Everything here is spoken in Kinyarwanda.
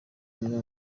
umwe